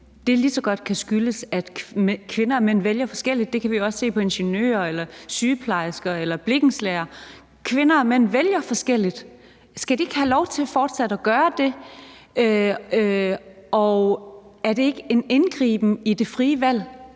godt kan skyldes, at kvinder og mænd vælger forskelligt – det kan vi også se med ingeniører, sygeplejersker eller blikkenslagere. Kvinder og mænd vælger forskelligt. Skal de ikke have lov til fortsat at gøre det? Er det ikke en indgriben i det frie valg